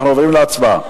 אנחנו עוברים להצבעה.